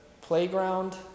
playground